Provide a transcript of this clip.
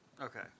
Okay